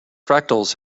fractals